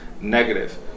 negative